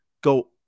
go